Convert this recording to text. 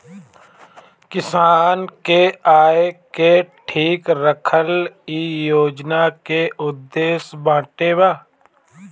किसान के आय के ठीक रखल इ योजना के उद्देश्य बाटे